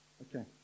Okay